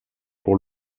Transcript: pour